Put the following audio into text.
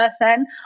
person